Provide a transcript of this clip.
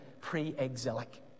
pre-exilic